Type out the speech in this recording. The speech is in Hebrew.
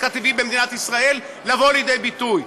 הטבעי במדינת ישראל לבוא לידי ביטוי,